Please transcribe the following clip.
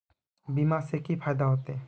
बीमा से की फायदा होते?